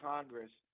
Congress